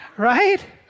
right